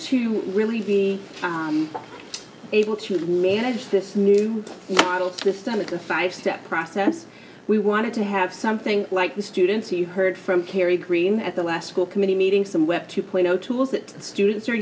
to really be able to manage this new model to stomach a five step process we wanted to have something like the students you heard from kerry green at the last school committee meeting some web two point zero tools that students are